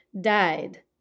died